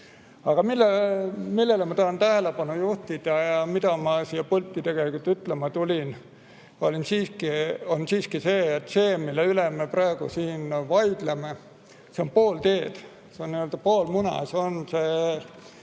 see, millele ma tahan tähelepanu juhtida ja mida ma siia pulti tegelikult ütlema tulin, on siiski see: teema, mille üle me praegu siin vaidleme, on pool teed, see on pool muna. See on see,